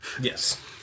Yes